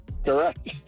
Correct